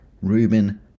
Ruben